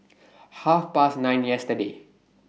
Half Past nine yesterday